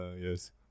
yes